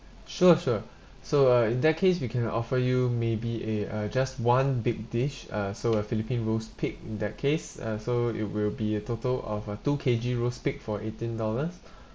sure sure so uh in that case we can offer you maybe a uh just one big dish uh so a philippine roast pig in that case uh so it will be a total of uh two K_G roast pig for eighteen dollars